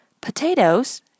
potatoes